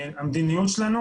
המדיניות שלנו